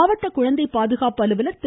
மாவட்ட குழந்தை பாதுகாப்பு அலுவல் திரு